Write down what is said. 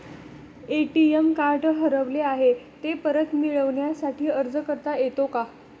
ATM card हरवले आहे, ते परत मिळण्यासाठी अर्ज करता येतो का?